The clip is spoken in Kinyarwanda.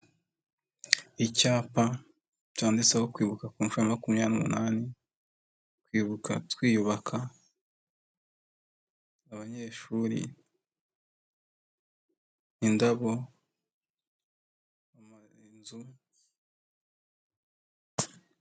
Icyapa cyanditseho kwibuka ku nshuro ya makumyabiri n'umuani kwibuka twiyubaka, abanyeshuri, indabo, inzu.